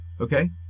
okay